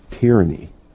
tyranny